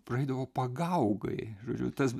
praeidavo pagaugai žodžiu tas